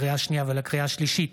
לקריאה השנייה ולקריאה השלישית,